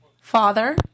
father